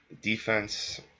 defense